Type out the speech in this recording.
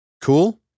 Cool